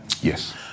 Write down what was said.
Yes